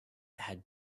had